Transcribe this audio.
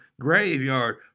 graveyard